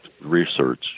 research